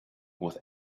with